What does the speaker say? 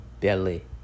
belly